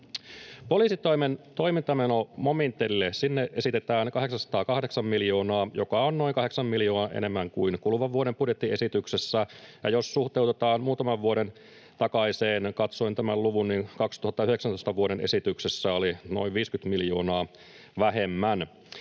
Poliisitoimen toimintamenomomentille esitetään 808 miljoonaa, joka on noin 8 miljoonaa enemmän kuin kuluvan vuoden budjettiesityksessä, ja jos suhteutetaan muutaman vuoden takaiseen, katsoin tämän luvun, niin 2019 vuoden esityksessä oli noin 50 miljoonaa vähemmän.